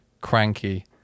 cranky